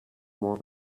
more